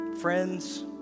friends